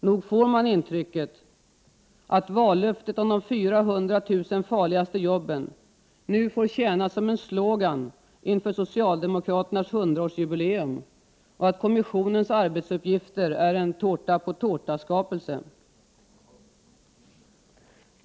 Nog får man intrycket, att vallöftet om de 400 000 farligaste jobben nu får tjäna som en slogan inför socialdemokraternas 100-årsjubileum och att kommissionens arbetsuppgifter är en tårta-på-tårta-skapelse.